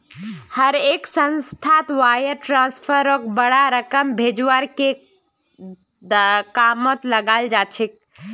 हर एक संस्थात वायर ट्रांस्फरक बडा रकम भेजवार के कामत लगाल जा छेक